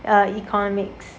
err economics